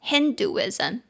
Hinduism